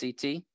CT